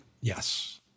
yes